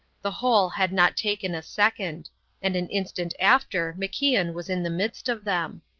the whole had not taken a second and an instant after macian was in the midst of them.